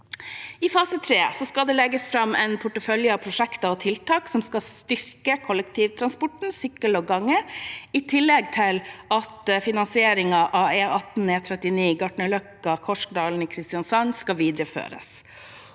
I fase 3 skal det legges fram en portefølje av prosjekter og tiltak som skal styrke kollektivtransport, sykkel og gange, i tillegg til at finansieringen av E18/E39 Gartnerløkka–Kolsdalen i Kristiansand skal videreføres.